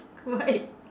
why